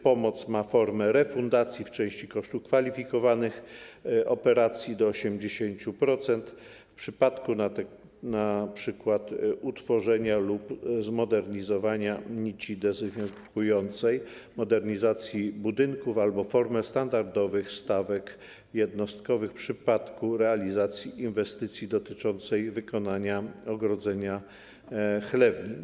Pomoc ma formę refundacji części kosztów kwalifikowanych operacji - do 80% - w przypadku np. utworzenia lub zmodernizowania niecki dezynfekującej, modernizacji budynków albo formę standardowych stawek jednostkowych w przypadku realizacji inwestycji dotyczącej wykonania ogrodzenia chlewni.